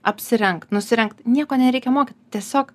apsirengt nusirengt nieko nereikia mokyt tiesiog